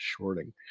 shorting